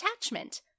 attachment